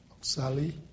Sally